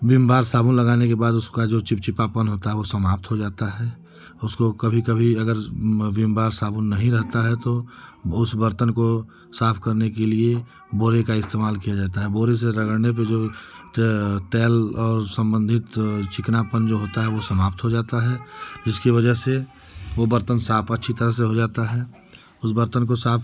Vim bar साबुन लगाने के बाद उसका जो चिपचिपापन होता है वह समाप्त हो जाता है उसको कभी कभी अगर विम बार साबुन नहीं रहता है तो बहुत से बर्तन को साफ करने के लिए बोरे का इस्तेमाल किया जाता है बोरे से रगड़ने पर जो है तेल और सम्बन्धित चिकनापन जो होता है वह समाप्त हो जाता है जिसकी वज़ह से वह बर्तन साफ अच्छी तरह से हो जाता है उस बर्तन को साफ